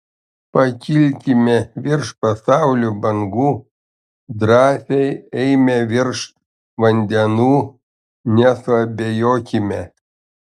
pakilkime virš pasaulio bangų drąsiai eime virš vandenų nesuabejokime